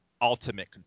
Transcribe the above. ultimate